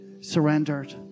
surrendered